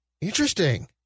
Interesting